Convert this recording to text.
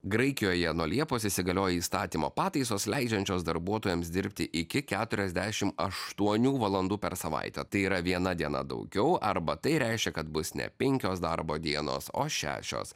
graikijoje nuo liepos įsigaliojo įstatymo pataisos leidžiančios darbuotojams dirbti iki keturiasdešim aštuonių valandų per savaitę tai yra viena diena daugiau arba tai reiškia kad bus ne penkios darbo dienos o šešios